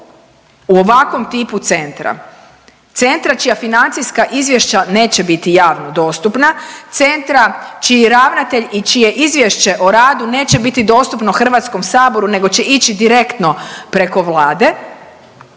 u ovakvom tipu centra. Centra čija financijska izvješća neće biti javno dostupna, centra čiji ravnatelj i čije izvješće o radu neće biti dostupno HS-u nego će ići direktno preko Vlade,